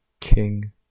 king